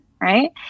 right